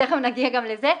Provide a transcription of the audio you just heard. תיכף נגיע גם לזה.